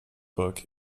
book